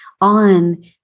on